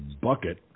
bucket